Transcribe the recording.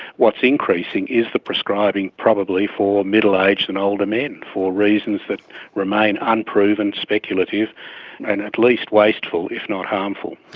what is increasing is the prescribing probably for middle-aged and older men, for reasons that remain unproven, speculative and at least wasteful, if not harmful.